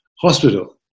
hospital